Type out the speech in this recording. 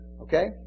okay